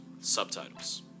Subtitles